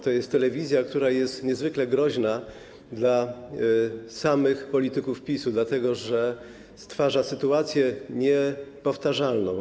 To jest telewizja, która jest niezwykle groźna dla samych polityków PiS-u, dlatego że stwarza sytuację niepowtarzalną.